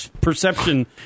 perception